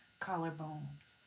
collarbones